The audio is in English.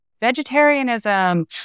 vegetarianism